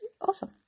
awesome